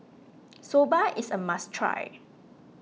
Soba is a must try